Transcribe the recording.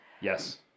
Yes